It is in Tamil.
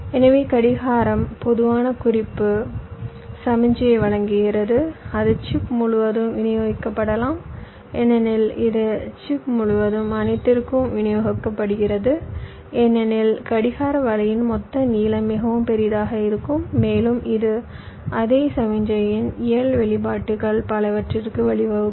எனவே கடிகாரம் பொதுவான குறிப்பு சமிக்ஞையை வழங்குகிறது அது சிப் முழுவதும் விநியோகிக்கப்படலாம் ஏனெனில் இது சிப் முழுவதும் அனைத்திற்கும் விநியோகிக்கப்படுகிறது ஏனெனில் கடிகார வலையின் மொத்த நீளம் மிகவும் பெரியதாக இருக்கும் மேலும் இது அதே சமிக்ஞையின் இயல் வெளிப்பாடுகள் பலவற்றிற்கு வழிவகுக்கும்